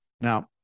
Now